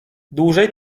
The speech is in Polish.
dłużej